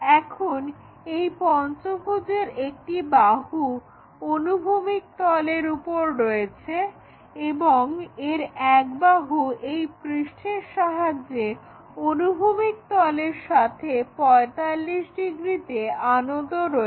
এখন এই পঞ্চভুজের একটি বাহু অনুভূমিক তলের উপর রয়েছে এবং এর এক বাহু এই পৃষ্ঠের সাহায্যে অনুভূমিক তলের সাথে 45 ডিগ্রিতে আনত রয়েছে